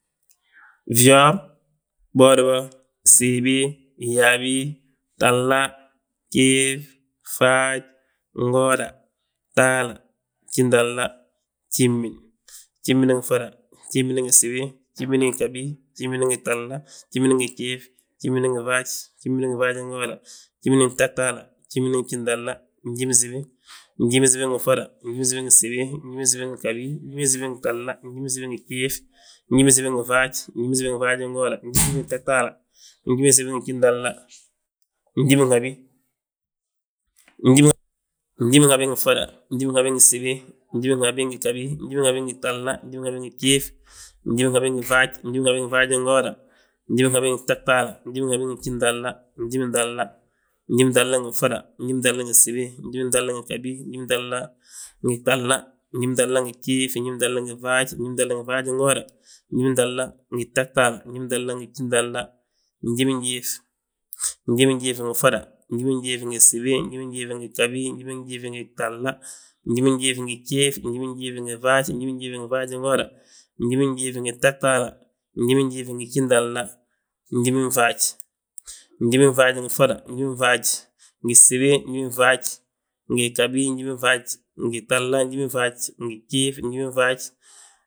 Fyoof, bwoodibo, gsiibi, yaabi, gtahla, gjiif, faaj, ngooda, gtahla, gjintahla, gjimin, gjimin ngi ffoda, gjimin ngi gsibi, gjimin ngi ghabi, gjimin ngi gtahla, gjimin ngi gjiif, gjimin ngi faaj, gjimin ngi faajingooda, gjimin ngi gtahtaala, gjimin ngi gjintahla njiminsibi, njiminsibi ngi ffoda, gjiminsibi ngi gsibi, gjiminsibi ngi ghabi, gjiminsibi ngi gtahla, gjiminsibi ngi gjiif, gjiminsibi ngi faaj, gjiminsibi ngi faajingooda, gjiminsibi ngi gtahtaala, gjiminsibi ngi gjintahla, njiminhabi, njiminhabi ngi ffoda njiminhabingi gsibi, njiminhabi ngi ghabi, niminhabi ngi gtahla, njiminhabi ngi gjiif, njiminhabi ngi faaj, njiminhabi ngi faajingooda, njiminhabi ngi gtahtaala, njiminhabi ngi gjintahla, njimintahla ngi ffoda, njimintahla ngi gsibi, njimintahla ngi ghabi, njimintahla ngi gtahla, njimintahla ngi gjiif, njimintahla ngifaaj, njimintahla ngifaajingooda, njimintahla ngi gtahtaala, njimintahla ngi gjintahla, njiminjiif, njiminjiif ngi ffoda njiminjiif ngi gsibi, njiminjiif ngi ghabi, njiminjiif ngi gtahla, njiminjiif ngi gjiif, njiminjiif ngi faaj, njiminjiif ngi faajingooda, njiminjiif ngi gtahtaala, njiminjiif ngi gjintahla, njiminfaaj, njiminfaaj ngi ffoda, ngi gsibi, njiminfaaj ngi ghabi, njiminfaaj ngi gtahla, njiminfaaj ngi gjiif, njiminfaaj